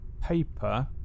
paper